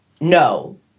no